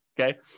okay